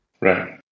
Right